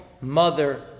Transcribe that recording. mother